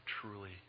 truly